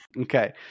Okay